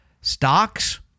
stocks